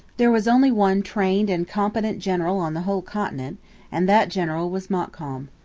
there was only one trained and competent general on the whole continent and that general was montcalm.